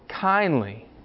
kindly